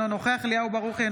אינו נוכח אליהו ברוכי,